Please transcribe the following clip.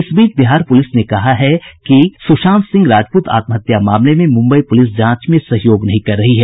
इस बीच बिहार पुलिस ने कहा है कि सुशांत सिंह राजपूत आत्महत्या मामले में मुम्बई पुलिस जांच में सहयोग नहीं कर रही है